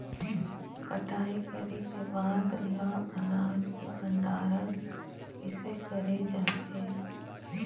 कटाई करे के बाद ल अनाज के भंडारण किसे करे जाथे?